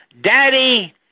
Daddy